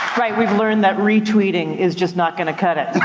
right, we've learned that re-tweeting is just not gonna cut it.